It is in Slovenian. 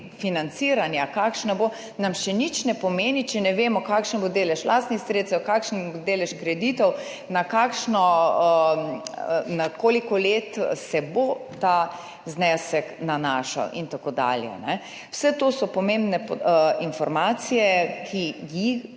financiranja, kakšna bo, nam še nič ne pomeni, če ne vemo, kakšen bo delež lastnih sredstev, kakšen bo delež kreditov, na koliko let se bo ta znesek nanašal in tako dalje. Vse to so pomembne informacije ali